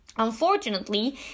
Unfortunately